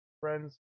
Friends